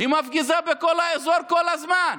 היא מפגיזה בכל האזור כל הזמן.